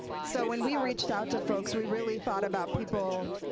so wen we reached out to folks, we really thought about people